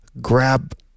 grab